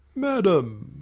madam